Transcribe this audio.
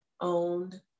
owned